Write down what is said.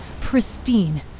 pristine